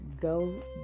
Go